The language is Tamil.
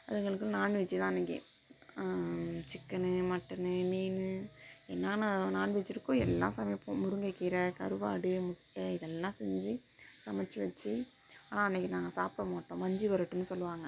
அதுங்களுக்கு நாண்வெஜ் தான் அன்னைக்கு சிக்கனு மட்டனு மீன் என்னன்னா நாண்வெஜ் இருக்கோ எல்லாம் சமைப்போம் முருங்கக்கீரை கருவாடு முட்டை இதெல்லாம் செஞ்சு சமைச்சி வச்சு ஆனால் அன்னைக்கு நாங்கள் சாப்பிட மாட்டோம் மஞ்சு விரட்டுன்னு சொல்லுவாங்கள்